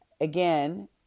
again